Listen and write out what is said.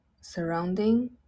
surrounding